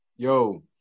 Yo